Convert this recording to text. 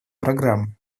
программы